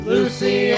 Lucy